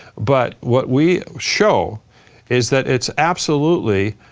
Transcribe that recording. but what we show is that it's absolutely